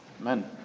Amen